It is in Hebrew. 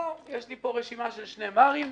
יש לי פה רשימה של שני ברים,